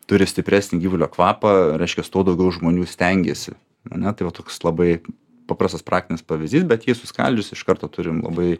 turi stipresnį gyvulio kvapą reiškias tuo daugiau žmonių stengėsi ar ne tai vat toks labai paprastas praktinis pavyzdys bet jį suskaldžius iš karto turim labai